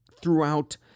Throughout